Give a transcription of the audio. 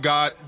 God